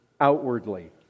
outwardly